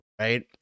right